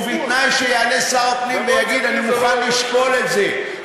ובתנאי שיעלה שר הפנים ויגיד: אני מוכן לשקול את זה,